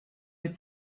les